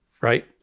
right